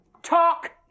Talk